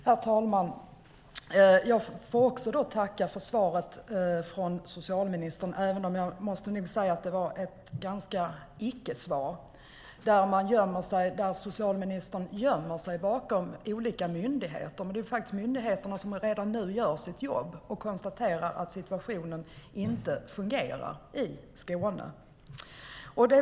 Herr talman! Jag får också tacka för svaret från socialministern, även om jag nog måste säga att det var ett icke-svar. Socialministern gömmer sig bakom olika myndigheter, men det är ju myndigheterna som redan nu gör sitt jobb och konstaterar att situationen inte fungerar i Skåne.